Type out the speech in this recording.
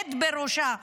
והעומד בראשה,